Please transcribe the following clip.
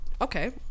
okay